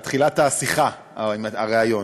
הייתה תחילת השיחה, הריאיון,